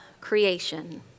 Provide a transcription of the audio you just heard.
creation